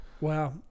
Wow